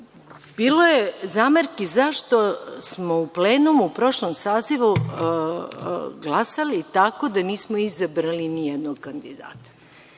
je zamerki zašto smo u plenumu, u prošlom sazivu glasali tako da nismo izabrali nijednog kandidata.